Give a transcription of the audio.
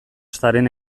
zaren